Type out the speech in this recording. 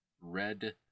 red